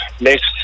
Next